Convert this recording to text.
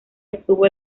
obtuvo